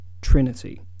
trinity